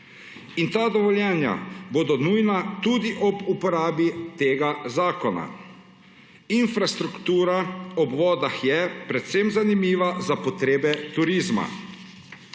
In ta dovoljenja bodo nujna tudi ob uporabi tega zakona. Infrastruktura ob vodah je predvsem zanimiva za potrebe turizma.